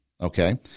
Okay